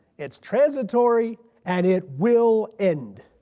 it's transitory and it will end.